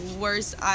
worst